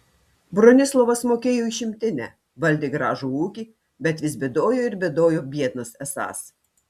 bronislovas mokėjo išimtinę valdė gražų ūkį bet vis bėdojo ir bėdojo biednas esąs